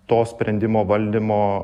to sprendimo valdymo